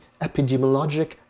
epidemiologic